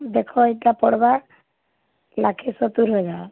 ଦେଖ ଇଟା ପଡ଼୍ବା ଲକ୍ଷେ ସତୁରି ହଜାର୍